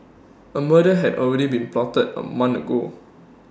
A murder had already been plotted A month ago